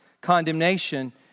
Condemnation